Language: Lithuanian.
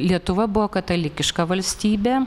lietuva buvo katalikiška valstybė